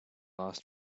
lost